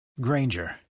Granger